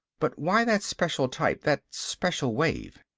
but why that special type that special wave?